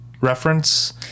reference